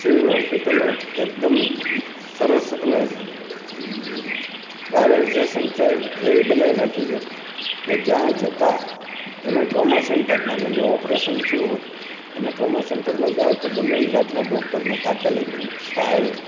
civil હોસ્પિટલો એકદમ સરસ અને પ્રાઇવેટઝેશન ટાઈપ જેવી બનાવી નાખી છે કે જ્યાં જતાં એમાંય ટ્રોમા સેન્ટર માની લ્યો ઓપરેશન થયું હોય અને ટ્રોમા સેન્ટરમાં જાઓ તો ગમે એ જાતનાં ડૉક્ટરને તાત્કાલિક સહાય